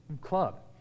club